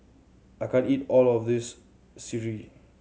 I can't eat all of this sireh